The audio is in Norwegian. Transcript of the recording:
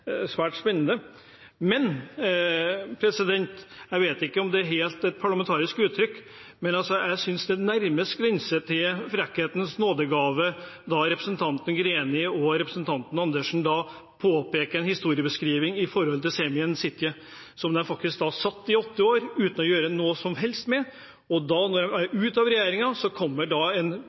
svært spennende. Men jeg synes det nesten grenser til å ha – og jeg vet ikke om det er et parlamentarisk uttrykk – frekkhetens nådegave når representantene Greni og Andersen gir en slik historiebeskrivelse av Saemien Sijte. De satt faktisk i åtte år uten å gjøre noe med dette museet, og når de er ute av regjering, kommer det en